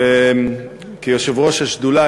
וכיושב-ראש השדולה,